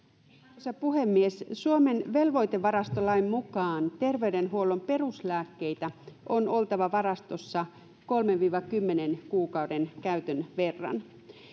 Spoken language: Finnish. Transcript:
arvoisa puhemies suomen velvoitevarastolain mukaan terveydenhuollon peruslääkkeitä on oltava varastossa kolmen viiva kymmenen kuukauden käytön verran